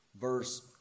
verse